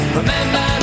remember